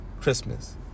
Christmas